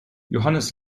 johannes